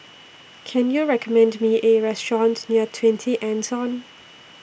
Can YOU recommend Me A Restaurant near twenty Anson